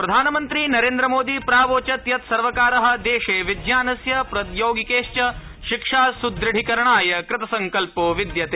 प्रधानमन्त्री नरेन्द्रमोदी प्रावोचत् यत् सर्वकारः देशे विज्ञानस्य प्रौद्योगिकेश्व शिक्षासुदृढीकरणाय कृतसंकल्पो विद्यते